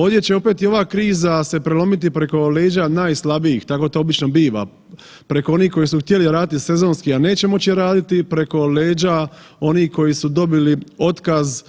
Ovdje će opet i ova kriza se prelomiti preko leđa najslabijih, tako to obično biva, preko onih koji su htjeli raditi sezonski, a neće moći raditi, preko leđa onih koji su dobili otkaz